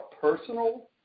personal